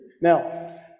Now